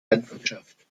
landwirtschaft